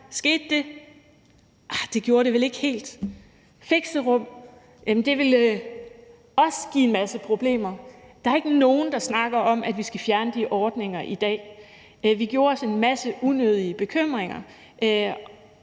Skete det? Arh, det gjorde det vel ikke helt! Fixerum? Jamen det ville også give en masse problemer. Der er ikke nogen, der snakker om, at vi skal fjerne de ordninger i dag. Vi gjorde os en masse unødige bekymringer,